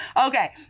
Okay